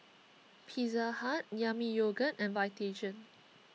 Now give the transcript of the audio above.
Pizza Hut Yami Yogurt and Vitagen